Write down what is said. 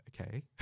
okay